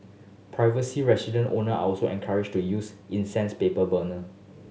resident owner are also encouraged to use incense paper burner